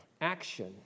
Action